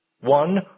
one